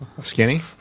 Skinny